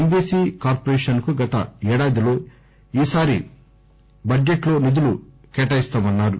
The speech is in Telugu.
ఎమ్బిసి కార్పొరేషన్కు గత ఏడాదిలోసే ఈసారి బడ్జెట్లో నిధులు కేటాయిస్తామన్నారు